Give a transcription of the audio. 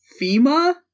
FEMA